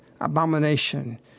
abomination